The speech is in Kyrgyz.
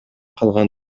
калган